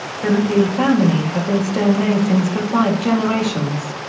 the mathieu family have been stonemasons for five generations.